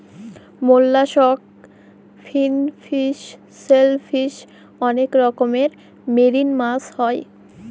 mollusc, finfish, shellfish অনেক রকমের marine মাছ হয়